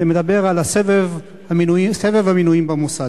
זה מדבר על סבב המינויים במוסד.